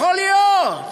יכול להיות.